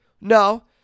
No